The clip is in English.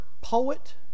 poet